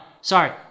sorry